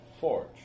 Forge